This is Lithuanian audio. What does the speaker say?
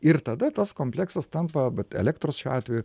ir tada tas kompleksas tampa bet elektros šiuo atveju